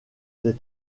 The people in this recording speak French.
des